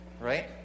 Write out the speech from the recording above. right